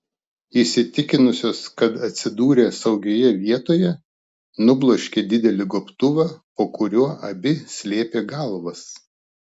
įsitikinusios kad atsidūrė saugioje vietoje nubloškė didelį gobtuvą po kuriuo abi slėpė galvas